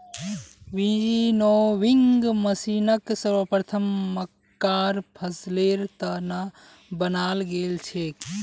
winnowing मशीनक सर्वप्रथम मक्कार फसलेर त न बनाल गेल छेक